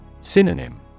Synonym